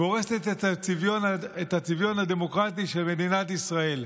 הורסת את הצביון הדמוקרטי של מדינת ישראל.